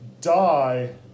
die